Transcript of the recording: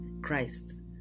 Christ